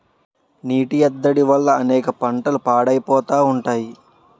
నీటి ఎద్దడి వల్ల అనేక పంటలు పాడైపోతా ఉంటాయి